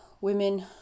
women